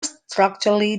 structurally